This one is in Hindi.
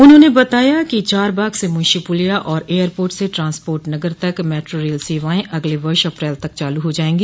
उन्होंने बताया है कि चारबाग से मुंशीपुलिया और एयरपोर्ट से ट्रांसपोर्ट नगर तक मेट्रो रेल सेवाए अगले वर्ष अप्रैल तक चालू हो जायेंगी